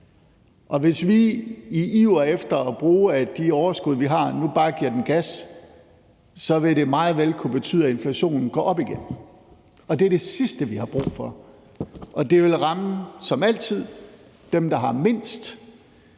Og hvis vi i iver efter at bruge af de overskud, vi har, nu bare giver den gas, så vil det meget vel kunne betyde, at inflationen går op igen. Det er det sidste, vi har brug for, og det ville som altid ramme dem, der har mindst,